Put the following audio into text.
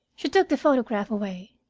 she took the photograph away,